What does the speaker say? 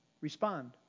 respond